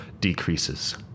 decreases